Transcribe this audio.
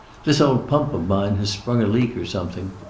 this old pump of mine has sprung a leak or something.